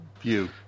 view